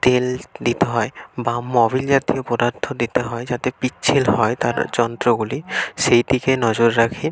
তেল দিতে হয় বা মবিল জাতীয় পদার্থ দিতে হয় যাতে পিচ্ছিল হয় তার যন্ত্রগুলি সেই দিকে নজর রাখি